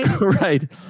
Right